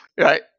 Right